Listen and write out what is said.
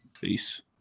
Peace